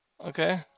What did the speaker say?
Okay